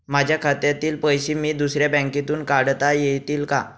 माझ्या खात्यातील पैसे मी दुसऱ्या बँकेतून काढता येतील का?